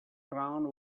ground